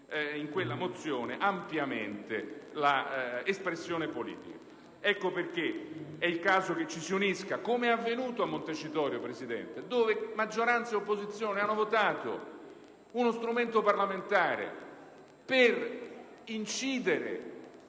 in quella mozione, l'espressione politica. Ecco perché è il caso che ci si unisca, come è avvenuto a Montecitorio, signor Presidente, dove maggioranza e opposizione hanno votato uno strumento parlamentare per incidere